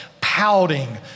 pouting